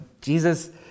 Jesus